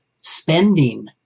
spending